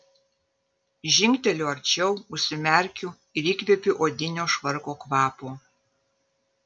žingteliu arčiau užsimerkiu ir įkvepiu odinio švarko kvapo